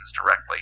directly